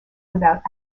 without